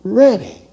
ready